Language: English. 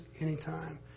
anytime